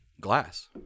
Glass